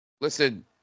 Listen